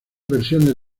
versiones